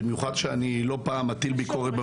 במיוחד שאני לא פעם מטיל ביקורת על